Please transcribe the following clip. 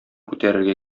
күтәрергә